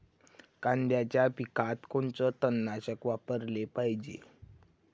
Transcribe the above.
कांद्याच्या पिकात कोनचं तननाशक वापराले पायजे?